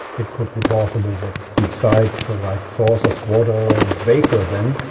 it could be possible that beside the right source of water vapor then,